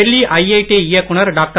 Delhi IIT இயக்குனர் doctor